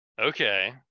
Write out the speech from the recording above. Okay